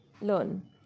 Learn